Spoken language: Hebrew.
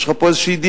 יש לך פה איזו דילמה,